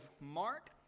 Mark